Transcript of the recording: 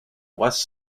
west